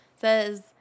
says